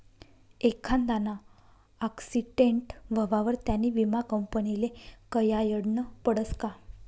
एखांदाना आक्सीटेंट व्हवावर त्यानी विमा कंपनीले कयायडनं पडसं का